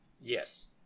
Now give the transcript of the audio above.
Yes